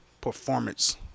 performance